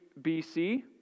BC